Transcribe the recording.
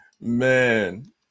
Man